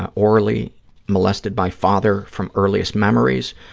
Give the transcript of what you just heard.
ah orally molested by father from earliest memories,